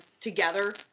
together